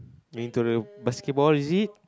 into the basketball is it